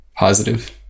positive